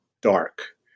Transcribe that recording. dark